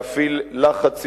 להפעיל לחץ ציבורי,